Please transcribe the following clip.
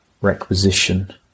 requisition